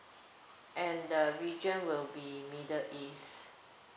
and the region will be middle east